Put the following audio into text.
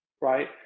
right